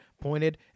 pointed